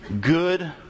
good